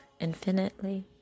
infinitely